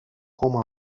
coma